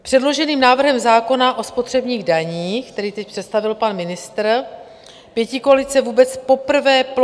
Předloženým návrhem zákona o spotřebních daních, který teď představil pan ministr, pětikoalice vůbec poprvé plošně...